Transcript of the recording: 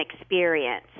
experience